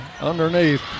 underneath